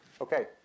Okay